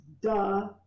duh